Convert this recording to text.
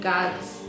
God's